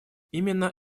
именно